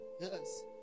Yes